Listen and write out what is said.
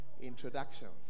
introductions